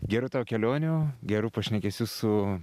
gerų tau kelionių gerų pašnekesių su